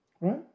Right